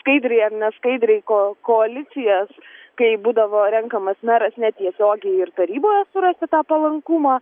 skaidriai ar neskaidriai ko koalicijas kai būdavo renkamas meras netiesiogiai ir taryboje surasti tą palankumą